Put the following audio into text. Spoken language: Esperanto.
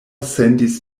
sentis